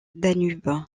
danube